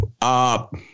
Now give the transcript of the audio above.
up